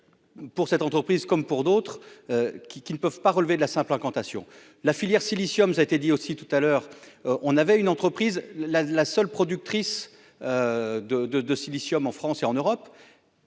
pour cette entreprise comme pour d'autres qui qui ne peuvent pas relever de la simple incantation la filière silicium, ça a été dit aussi tout à l'heure, on avait une entreprise là la seule productrice de de de silicium en France et en Europe,